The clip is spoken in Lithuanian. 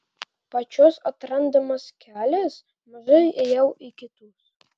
pačios atrandamas kelias mažai ėjau į kitus